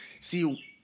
See